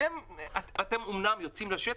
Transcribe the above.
אתם אומנם יוצאים לשטח,